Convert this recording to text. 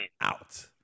Out